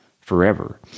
forever